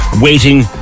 waiting